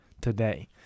today